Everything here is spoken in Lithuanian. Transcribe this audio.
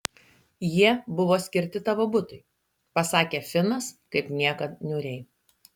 jie buvo skirti tavo butui pasakė finas kaip niekad niūriai